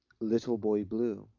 little boy blue